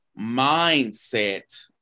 mindset